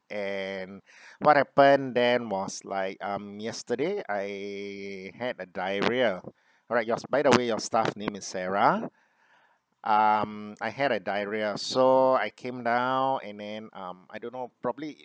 and what happened then was like um yesterday I had a diarrhea alright yours by the way your staff name is sarah um I had a diarrhea so I came down and then um I don't know probably